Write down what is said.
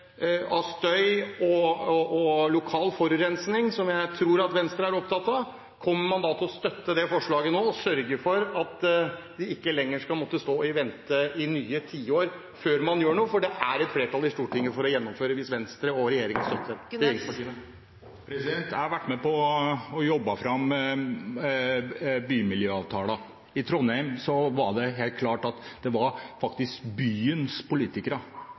støy og lokal forurensning, som jeg tror at Venstre er opptatt av, kommer man da til å støtte det forslaget nå og sørge for at de ikke skal måtte stå og vente i nye tiår før man gjør noe? For det er et flertall i Stortinget for å gjennomføre hvis Venstre og de andre regjeringspartiene vil. Jeg har vært med på å jobbe fram bymiljøavtaler. I Trondheim var det helt klart at det faktisk var byens politikere,